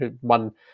one